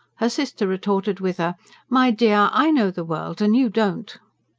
her sister retorted with a my dear, i know the world, and you don't,